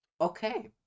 Okay